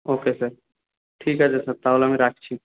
ওকে sir ঠিক আছে sir তাহলে আমি রাখছি